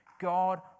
God